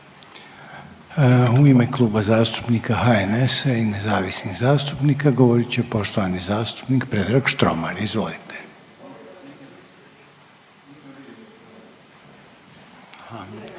u ime Kluba zastupnika HNS-a i nezavisnih zastupnika govoriti poštovani zastupnik Veljko Kajtazi. Izvolite.